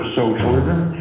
socialism